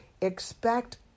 Expect